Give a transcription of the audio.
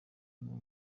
urimo